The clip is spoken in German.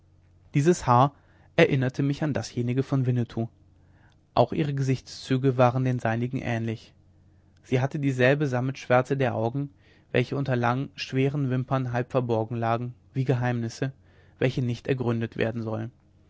dieses haar erinnerte mich an dasjenige von winnetou auch ihre gesichtszüge waren den seinigen ähnlich sie hatte dieselbe sammetschwärze der augen welche unter langen schweren wimpern halb verborgen lagen wie geheimnisse welche nicht ergründet werden sollen